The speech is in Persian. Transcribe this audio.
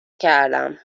کردم